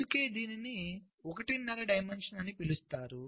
అందుకే దీనిని 1 న్నర డి అని పిలిచారు